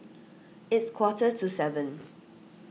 its quarter to seven